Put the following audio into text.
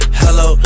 hello